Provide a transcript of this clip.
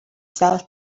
sell